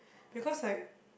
because like